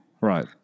Right